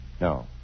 No